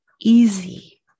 easy